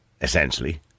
Essentially